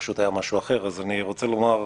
פשוט היה משהו אחר, אז אני רוצה לומר.